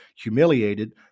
Humiliated